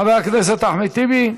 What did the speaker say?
חבר הכנסת אחמד טיבי,